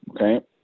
Okay